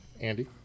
Andy